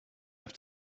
have